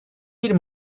bir